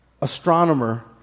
astronomer